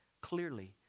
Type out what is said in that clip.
Clearly